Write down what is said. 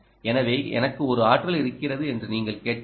எனவே எனக்கு ஒரு ஆற்றல் இருக்கிறது என்று நீங்கள் கேட்கலாம்